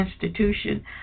institution